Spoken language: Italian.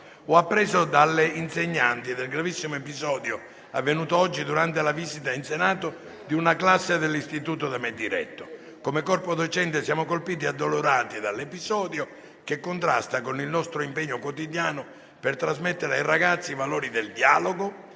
ho appreso dalle insegnanti del gravissimo episodio avvenuto oggi durante la visita in Senato di una classe dell'Istituto da me diretto. Come corpo docente siamo colpiti e addolorati dall'episodio, che contrasta con il nostro impegno quotidiano per trasmettere ai ragazzi i valori del dialogo,